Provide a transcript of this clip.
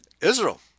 Israel